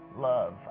love